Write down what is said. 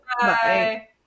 bye